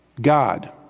God